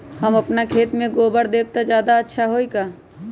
हम अपना खेत में गोबर देब त ज्यादा अच्छा होई का?